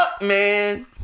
man